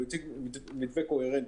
הוא הציג מתווה קוהרנטי.